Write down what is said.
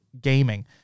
Gaming